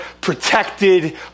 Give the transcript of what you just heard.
protected